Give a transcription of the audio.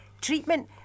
treatment